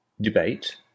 debate